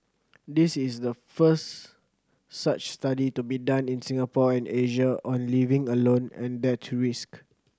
this is the first such study to be done in Singapore and Asia on living alone and death to risk